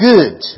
Good